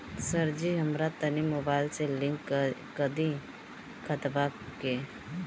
सरजी हमरा तनी मोबाइल से लिंक कदी खतबा के